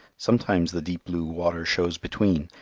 sometimes the deep-blue water shows between,